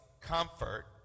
comfort